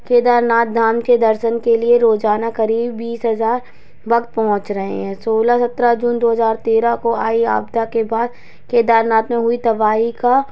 केदारनाथ धाम के दर्शन के लिए रोज़ाना करीब बीस हज़ार भक्त पहुँच रहे हैं सोलह सत्रह जून दो हज़ार तेरह को आई आपदा के बाद केदारनाथ में हुई तबाही का